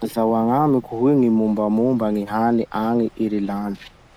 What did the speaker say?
Lazao agnamiko hoe gny mombamomba gny hany agny Irlandy?